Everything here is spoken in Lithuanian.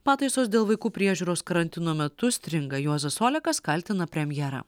pataisos dėl vaikų priežiūros karantino metu stringa juozas olekas kaltina premjerą